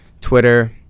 Twitter